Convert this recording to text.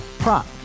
Prop